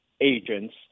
agents